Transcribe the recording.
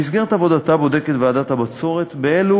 במסגרת עבודתה בודקת ועדת הבצורת באילו